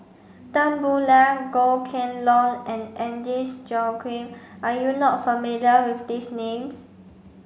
Tan Boo Liat Goh Kheng Long and Agnes Joaquim are you not familiar with these names